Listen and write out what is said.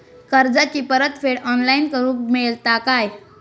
कर्जाची परत फेड ऑनलाइन करूक मेलता काय?